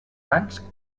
tants